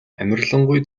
амарлингуй